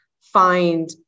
find